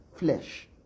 Flesh